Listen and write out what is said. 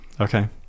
okay